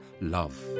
love